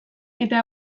eta